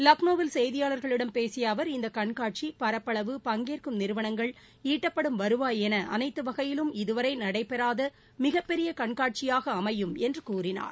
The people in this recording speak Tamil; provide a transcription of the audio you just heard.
லக்னோவில் கெய்தியாளர்களிடம் பேசிய அவர் இந்த கண்காட்சி பரப்பளவு பங்கேற்கும் நிறுவனங்கள் ஈட்டப்படும் வருவாய் என அனைத்து வகையிலும் இதுவரை நடைபெறாத மிகப் பெரிய கண்காட்சியாக அமையும் என்று கூறினார்